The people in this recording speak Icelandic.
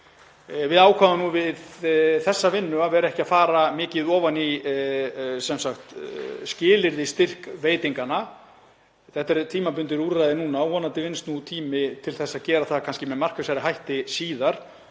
Við ákváðum við þessa vinnu að fara ekki mikið ofan í skilyrði styrkveitinganna. Þetta eru tímabundin úrræði núna og vonandi vinnst tími til að gera það kannski með markvissari hætti síðar.